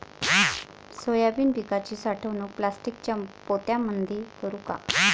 Soybean पिकाची साठवणूक प्लास्टिकच्या पोत्यामंदी करू का?